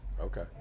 Okay